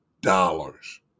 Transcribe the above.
dollars